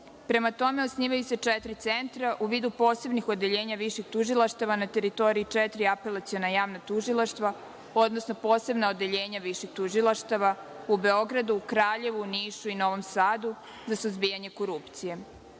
tome, osnivaju se četiri centra u vidu posebnih odeljenja viših tužilaštava na teritoriji četiri apelaciona javna tužilaštva, odnosno posebna odeljenja viših tužilaštava u Beogradu, Kraljevu, Nišu i Novom Sadu za suzbijanje korupcije. Sa